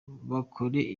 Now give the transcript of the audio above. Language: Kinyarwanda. bakore